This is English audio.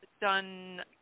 done